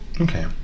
okay